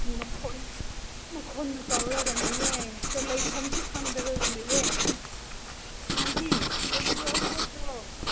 ꯃꯈꯣꯜꯅ ꯇꯧꯔꯒ ꯂꯩꯌꯦ ꯂꯩꯐꯝꯁꯨ ꯈꯪꯗ꯭ꯔꯒ ꯂꯩꯌꯦ